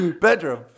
Bedroom